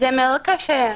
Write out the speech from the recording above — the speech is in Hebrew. זה מאוד קשה.